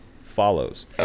follows